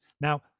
Now